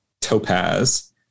topaz